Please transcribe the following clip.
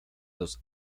los